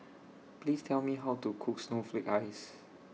Please Tell Me How to Cook Snowflake Ice